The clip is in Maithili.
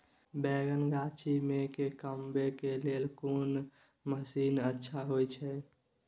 बैंगन गाछी में के कमबै के लेल कोन मसीन अच्छा होय छै?